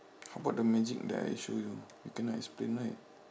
how about the magic that I show you cannot explain right